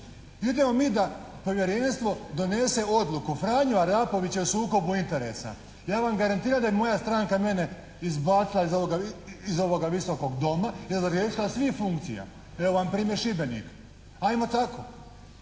Idemo mi da povjerenstvo donese odluku Franjo Arapović je u sukobu interesa. Ja vam garantiram da bi moja stranka mene izbacila iz ovoga Visokoga doma i razriješila svih funkcija. Evo vam primjer Šibenik, ajmo tako.